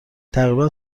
تقریبا